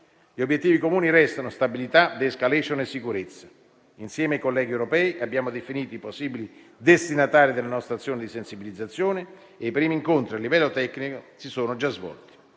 Gli obiettivi comuni restano: stabilità, *de-escalation* e sicurezza. Assieme ai colleghi europei, abbiamo definito i possibili destinatari della nostra azione di sensibilizzazione. I primi incontri a livello tecnico si sono già svolti.